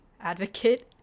advocate